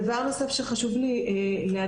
דבר נוסף שחשוב לי להדגיש,